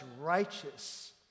righteous